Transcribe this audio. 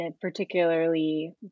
particularly